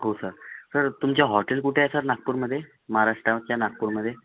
हो sir sir तुमच्या hotel कुठे आहे सर नागपूरमध्ये महाराष्ट्रातल्या नागपूरमध्ये